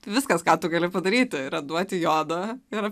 viskas ką tu gali padaryti yra duoti jodo ir